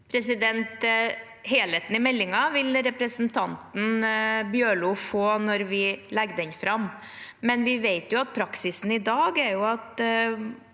Helheten i mel- dingen vil representanten Bjørlo få når vi legger den fram, men vi vet at praksisen i dag er at